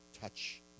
touch